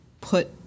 put